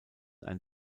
ein